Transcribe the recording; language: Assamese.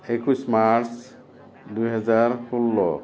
একৈছ মাৰ্চ দুই হাজাৰ ষোল্ল